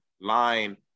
line